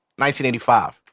1985